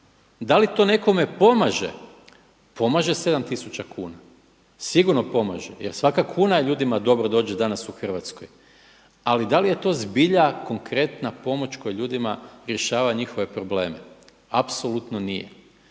Da li to nekome pomaže? Pomaže 7 tisuća kuna. Sigurno pomaže jer svaka kuna ljudima dobro dođe danas u Hrvatskoj ali da li je to zbilja konkretna pomoć koja ljudima rješava njihove probleme? Apsolutno nije.